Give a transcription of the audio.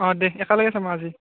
অঁ দে একেলগে চাম আজি